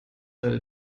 heute